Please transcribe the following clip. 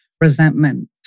resentment